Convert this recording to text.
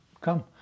come